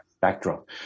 backdrop